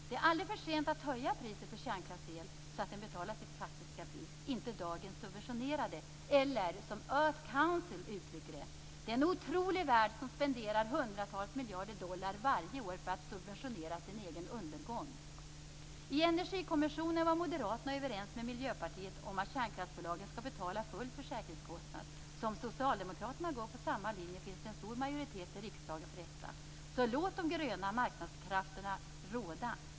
Det är aldrig för sent att höja priset på kärnkraftsel så att den betalar sitt faktiska pris och inte dagens subventionerade. Eller som Earth Council uttrycker det: "Det är en otrolig värld som spenderar hundratals miljarder dollar varje år för att subventionera sin egen undergång." I Energikommissionen var Moderaterna överens med Miljöpartiet om att kärnkraftsbolagen skall betala full försäkringskostnad. Om Socialdemokraterna går på samma linje finns det alltså en stor majoritet i riksdagen för detta. Så låt de gröna marknadskrafterna råda!